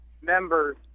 members